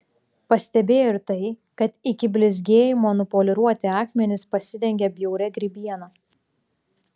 pastebėjo ir tai kad iki blizgėjimo nupoliruoti akmenys pasidengė bjauria grybiena